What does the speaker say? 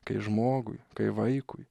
kai žmogui kai vaikui